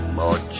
more